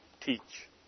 teach